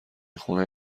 خونه